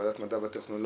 כוועדת מדע וטכנולוגיה,